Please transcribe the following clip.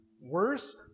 worse